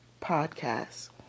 podcast